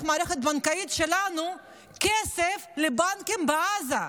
המערכת הבנקאית שלנו כסף לבנקים בעזה.